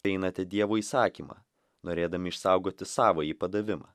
einate dievo įsakymą norėdami išsaugoti savąjį padavimą